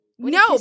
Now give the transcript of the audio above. No